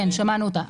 שמענו אותה.